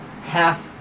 half